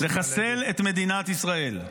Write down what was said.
-- לחסל את מדינת ישראל.